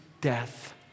death